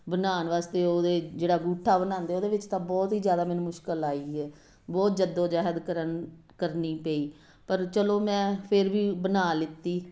ਬਣਾਉਣ ਵਾਸਤੇ ਉਹਦੇ ਜਿਹੜਾ ਅੰਗੂਠਾ ਬਣਾਉਂਦੇ ਉਹਦੇ ਵਿੱਚ ਤਾਂ ਬਹੁਤ ਹੀ ਜ਼ਿਆਦਾ ਮੈਨੂੰ ਮੁਸ਼ਕਲ ਆਈ ਹੈ ਬਹੁਤ ਜੱਦੋ ਜਹਿਦ ਕਰਨ ਕਰਨੀ ਪਈ ਪਰ ਚਲੋ ਮੈਂ ਫਿਰ ਵੀ ਬਣਾ ਲਿੱਤੀ